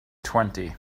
twenty